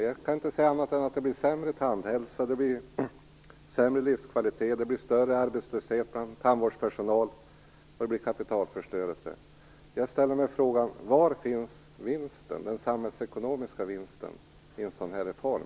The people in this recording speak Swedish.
Jag kan inte se annat än att vi får sämre tandhälsa, sämre livskvalitet, större arbetslöshet bland tandvårdspersonal och kapitalförstörelse. Jag ställer mig frågan: Var finns den samhällsekonomiska vinsten i en sådan här reform?